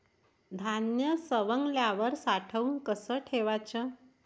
धान्य सवंगल्यावर साठवून कस ठेवाच?